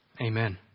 Amen